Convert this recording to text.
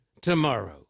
tomorrow